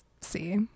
see